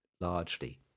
largely